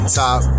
top